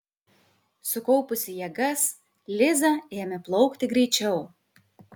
sukaupusi jėgas liza ėmė plaukti greičiau